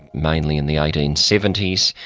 mainly in the eighteen seventy s,